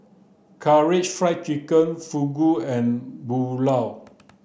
Karaage Fried Chicken Fugu and Pulao